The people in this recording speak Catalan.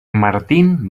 martin